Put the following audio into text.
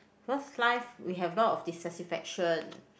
first life we have a lot of dissatisfaction